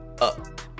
up